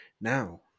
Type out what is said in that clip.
now